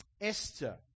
Esther